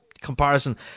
comparison